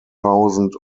thousand